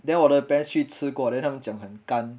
then 我的 parents 去吃过 then 他们讲很干